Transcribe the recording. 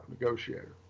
negotiator